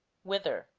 whither